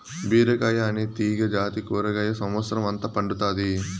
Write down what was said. బీరకాయ అనే తీగ జాతి కూరగాయ సమత్సరం అంత పండుతాది